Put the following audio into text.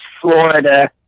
Florida